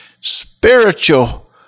spiritual